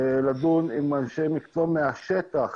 לדון עם אנשי מקצוע מהשטח.